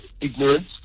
ignorance